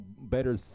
better